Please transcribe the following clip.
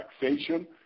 taxation